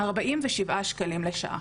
47 ₪ לשעה